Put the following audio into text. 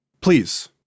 Please